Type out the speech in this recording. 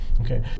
okay